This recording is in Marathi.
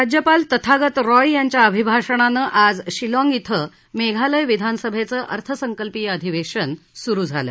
राज्यपाल तथागत रॉय यांच्या अभिभाषणानं आज शिलाँग धि मेघालय विधानसभेचं अर्थसंकल्पीय अधिवेशन सुरु झालं